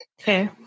Okay